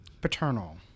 paternal